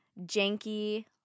janky